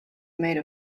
made